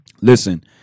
Listen